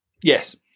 Yes